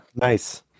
nice